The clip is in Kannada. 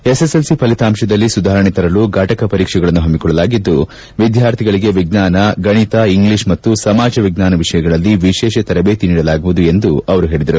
ಎಸ್ಎಸ್ ಎಲ್ ಸಿ ಫಲಿತಾಂಶದಲ್ಲಿ ಸುಧಾರಣೆ ತರಲು ಫಟಕ ಪರೀಕ್ಷೆಗಳನ್ನು ಹಮ್ನಿಕೊಳ್ಳಲಾಗಿದ್ದು ವಿದ್ಯಾರ್ಥಿಗಳಿಗೆ ವಿಜ್ವಾನ ಗಣಿತ ಇಂಗ್ಲೀಷ್ ಮತ್ತು ಸಮಾಜ ವಿಜ್ವಾನ ವಿಷಯಗಳಲ್ಲಿ ವಿಶೇಷ ತರಬೇತಿ ನೀಡಲಾಗುವುದು ಎಂದು ಅವರು ಹೇಳಿದರು